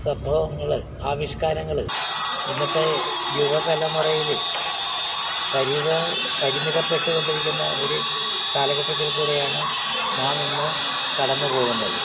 സംഭവങ്ങൾ ആവിഷ്കാരങ്ങൾ ഇന്നത്തെ യുവ തലമുറയിൽ പരിതാ പരിമിതപ്പെട്ടു കൊണ്ടിരിക്കുന്ന ഒരു കാലഘട്ടത്തിൽ കൂടെയാണ് നാമിന്ന് കടന്ന് പോകുന്നത്